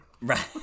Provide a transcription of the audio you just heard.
Right